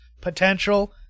potential